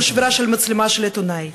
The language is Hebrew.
כל שבירה של מצלמה של עיתונאי,